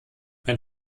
mein